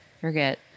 Forget